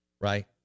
Right